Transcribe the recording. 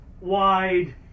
wide